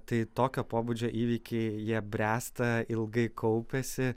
tai tokio pobūdžio įvykiai jie bręsta ilgai kaupiasi